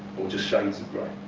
or just shades of grey.